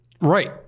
Right